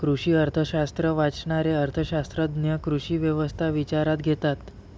कृषी अर्थशास्त्र वाचणारे अर्थ शास्त्रज्ञ कृषी व्यवस्था विचारात घेतात